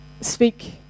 speak